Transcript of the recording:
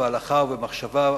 בהלכה ובמחשבה.